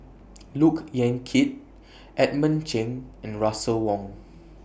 Look Yan Kit Edmund Cheng and Russel Wong